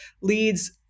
leads